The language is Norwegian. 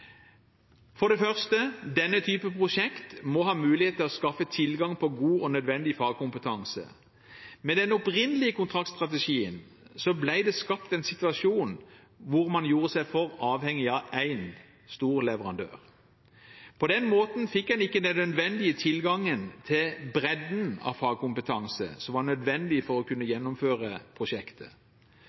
For det første: Denne typen prosjekt må ha mulighet til å skaffe god og nødvendig fagkompetanse. Med den opprinnelige kontraktsstrategien ble det skapt en situasjon hvor man gjorde seg for avhengig av én stor leverandør. På den måten fikk en ikke den nødvendige tilgangen til bredden av fagkompetanse som var nødvendig for å kunne gjennomføre prosjektet.